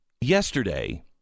Yesterday